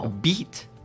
beat